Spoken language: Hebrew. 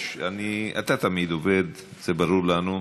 אתה תמיד עובד, זה ברור לנו,